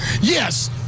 Yes